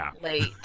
late